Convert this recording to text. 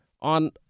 on